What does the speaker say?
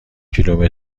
کیلومتر